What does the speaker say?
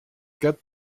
get